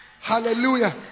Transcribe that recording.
Hallelujah